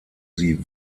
sie